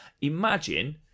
imagine